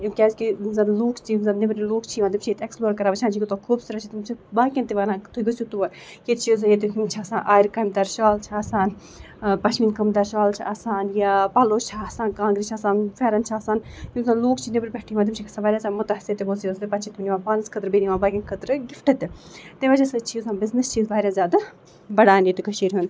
کیٛازِکہِ یِم زَن لوٗکھ چھِ یِم زَن نٮ۪برِم لوٗکھ چھِ یِوان تِم چھِ ییٚتہِ اٮ۪کٕسلٕور کَران وٕچھان چھِ یہِ کوٗتاہ خوٗبصوٗرت چھِ تِم چھِ باقٕیَن تہِ وَنان تُہۍ گٔژھِو تور ییٚتہِ چھِ یُس زَن ییٚتُک ہُم چھِ آسان آرِ کامہِ دار شال چھِ آسان پشمیٖنہ کامہِ دار شال چھِ آسان یا پَلو چھِ آسان کانٛگرِ چھِ آسان پھٮ۪رَن چھِ آسان یِم زَن لوٗکھ چھِ نٮ۪برٕ پٮ۪ٹھ یِوان تِم چھِ گژھان واریاہ زیادٕ مُتاثر تِمو چیٖزو سۭتۍ پَتہٕ چھِ تِم نِوان پانَس خٲطرٕ بیٚیہِ نِوان باقٕیَن خٲطرٕ گِفٹ تہِ تمہِ وجہ سۭتۍ چھِ یُس زَن بِزنِس چھِ یُس واریاہ زیادٕ بڑان ییٚتہِ کٔشیٖرِ ہُنٛد